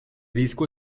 disco